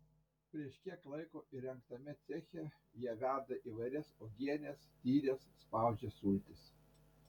prieš kiek laiko įrengtame ceche jie verda įvairias uogienes tyres spaudžia sultis